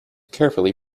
carefully